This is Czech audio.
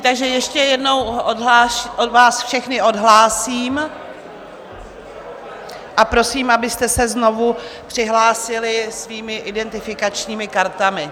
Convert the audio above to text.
Takže ještě jednou vás všechny odhlásím a prosím, abyste se znovu přihlásili svými identifikačními kartami.